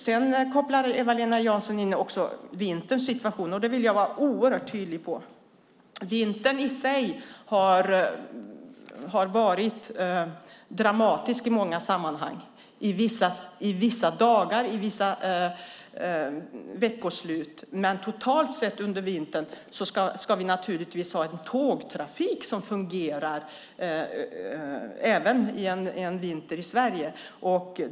Sedan kopplar Eva-Lena Jansson också in vinterns situation. Då vill jag vara oerhört tydlig och säga att vintern i sig har varit dramatisk i många sammanhang, vissa dagar och vissa veckoslut. Men totalt sett ska vi naturligtvis ha tågtrafik som fungerar, även en vinter i Sverige.